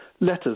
Letters